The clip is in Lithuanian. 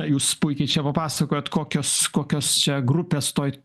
jūs puikiai čia papasakojot kokios kokios čia grupės toj